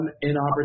inopportune